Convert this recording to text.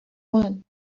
one